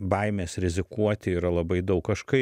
baimės rizikuoti yra labai daug aš kai